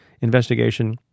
investigation